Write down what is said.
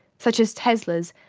such as tesla's,